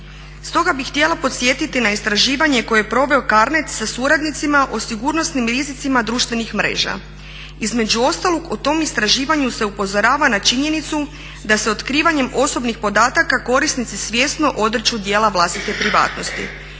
Stoga bih htjela podsjetiti na istraživanje koje je proveo CARNET sa suradnicima o sigurnosnim rizicima društvenih mreža. Između ostalog u tom istraživanju se upozorava na činjenicu da se otkrivanjem osobnih podataka korisnici svjesno odriču dijela vlastite privatnosti.